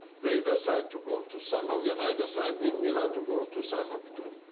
they decide to go to sanok, and i decided with mila to go to sanok too.